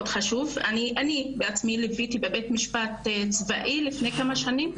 אני בעצמי ליוויתי אישה לבית משפט צבאי לפני כמה שנים,